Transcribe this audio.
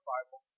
Bible